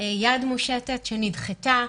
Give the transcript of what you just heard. יד מושטת שנדחתה,